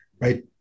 right